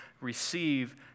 receive